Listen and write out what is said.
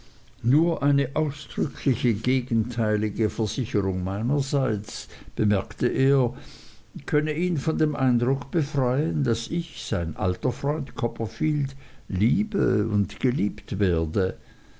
nur eine ausdrückliche gegenteilige versicherung meinerseits bemerkte er könne ihn von dem eindruck befreien daß ich sein alter freund copperfield liebe und geliebt werde